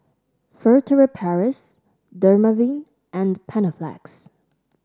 Furtere Paris Dermaveen and Panaflex